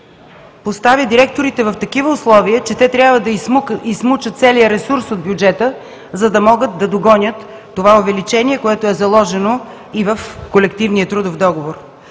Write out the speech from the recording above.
поставя директорите в такива условия, че те трябва да изсмучат целия ресурс от бюджета, за да могат да догонят това увеличение, което е заложено и в колективния трудов договор.